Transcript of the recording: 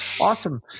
Awesome